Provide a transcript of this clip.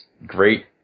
great